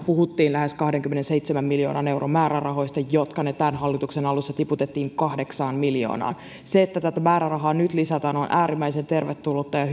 puhuttiin lähes kahdenkymmenenseitsemän miljoonan euron määrärahoista jotka tämän hallituksen alussa tiputettiin kahdeksaan miljoonaan se että tätä määrärahaa nyt lisätään on äärimmäisen tervetullutta ja